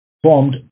formed